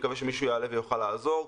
אני מקווה שמישהו יעלה ויוכל לעזור.